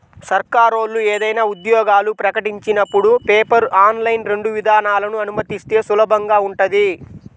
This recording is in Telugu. సర్కారోళ్ళు ఏదైనా ఉద్యోగాలు ప్రకటించినపుడు పేపర్, ఆన్లైన్ రెండు విధానాలనూ అనుమతిస్తే సులభంగా ఉంటది